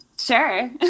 sure